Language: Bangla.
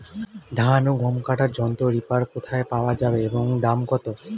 ধান ও গম কাটার যন্ত্র রিপার কোথায় পাওয়া যাবে এবং দাম কত?